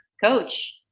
coach